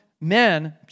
men